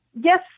Yes